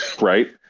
right